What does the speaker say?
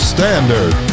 Standard